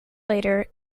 later